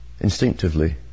Instinctively